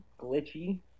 glitchy